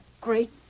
Great